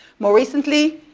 more recently,